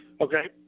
Okay